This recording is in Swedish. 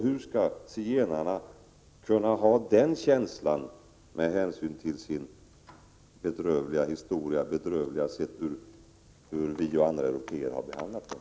Hur skall zigenarna kunna ha den känslan med hänsyn till deras historia och hur bedrövligt vi européer har behandlat dem?